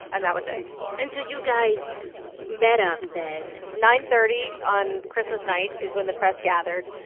and that was it and so you guys met up then nine thirty on christmas night is when the press gathered.